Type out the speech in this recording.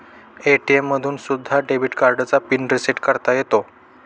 ATM मधून सुद्धा debit कार्डचा पिन रिसेट करता येतो